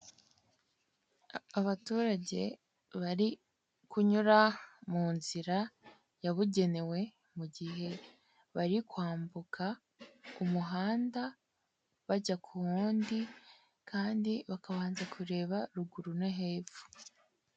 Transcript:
Abaturage bari kunyura mu nzira yabugenewe mu gihe bari kwambuka umuhanda bajya ku wundi kandi bakabanza kureba ruguru no hepfo.